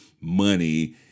money